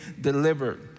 delivered